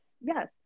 Yes